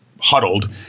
huddled